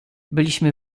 byliśmy